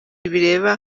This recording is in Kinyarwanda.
bireba